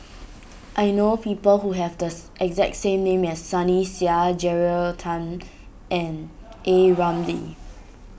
I know people who have the exact name as Sunny Sia Jeyaretnam and A Ramli